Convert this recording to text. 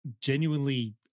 genuinely